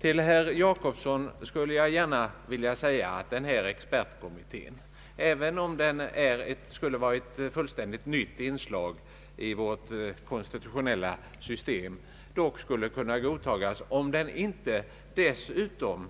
Till herr Gösta Jacobsson vill jag säga att en expertkommitté, även om den skulle vara ett fullständigt nytt inslag i vårt konstitutionella system, skulle kunna godtas om den inte dessutom